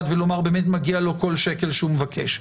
ולומר באמת מגיע לו כל שקל שהוא מבקש.